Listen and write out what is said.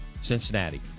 Cincinnati